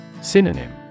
Synonym